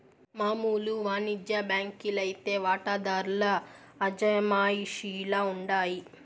మామూలు వానిజ్య బాంకీ లైతే వాటాదార్ల అజమాయిషీల ఉండాయి